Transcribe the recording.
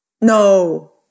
No